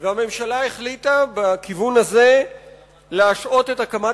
והממשלה החליטה בכיוון הזה להשהות את הקמת